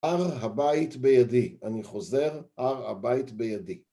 הר הבית בידי. אני חוזר, הר הבית בידי.